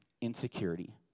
insecurity